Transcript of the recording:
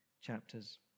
chapters